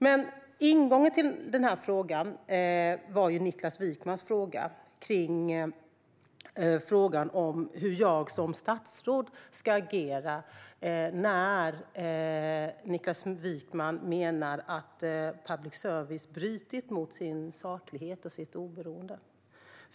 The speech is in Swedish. Men ingången till den här diskussionen var Niklas Wykmans fråga om hur jag som statsråd ska agera när han menar att public service har brutit mot kraven på saklighet och oberoende.